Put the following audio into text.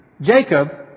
Jacob